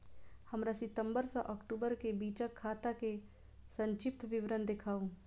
हमरा सितम्बर सँ अक्टूबर केँ बीचक खाता केँ संक्षिप्त विवरण देखाऊ?